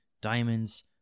Diamonds